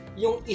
yung